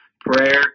Prayer